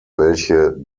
welche